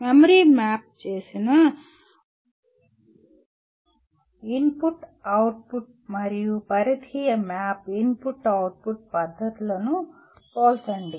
memory map చేసిన I O మరియు పరిధీయ మ్యాప్డ్ I O పద్ధతులను పోల్చండి